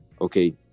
okay